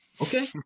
Okay